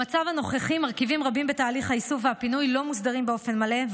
במצב הנוכחי מרכיבים רבים בתהליך האיסוף והפינוי לא מוסדרים באופן מלא,